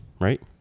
right